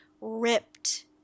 ripped